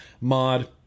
mod